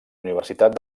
universitat